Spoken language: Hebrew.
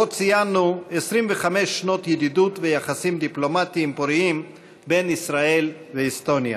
שבו ציינו 25 שנות ידידות ויחסים דיפלומטיים פוריים בין ישראל ואסטוניה.